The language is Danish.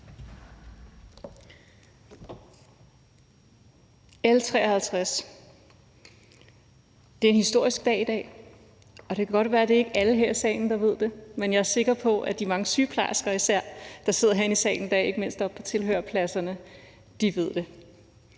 L 53. Det er en historisk dag i dag, og det kan godt være, at det ikke er alle her i salen, der ved det, men jeg er sikker på, at de mange sygeplejersker, der sidder herinde i salen i dag, ikke mindst oppe på tilhørerpladserne, især ved det.